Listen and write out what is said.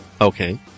Okay